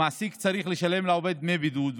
המעסיק צריך לשלם לעובד דמי בידוד,